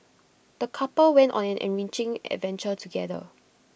the couple went on an enriching adventure together